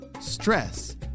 stress